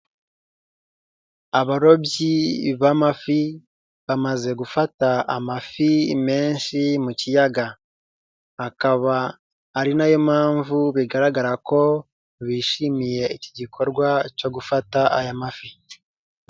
Abarobyi b'amafi bamaze gufata amafi menshi mu kiyaga. Akaba ari nayo mpamvu bigaragara ko bishimiye iki gikorwa cyo gufata aya mafi.